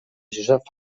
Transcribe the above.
josep